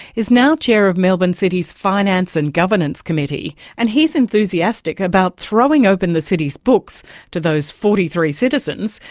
is now chair of melbourne city's finance and governance committee. and he's enthusiastic about throwing open the city's books to those forty three citizens,